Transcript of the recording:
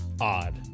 odd